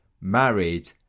married